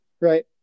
right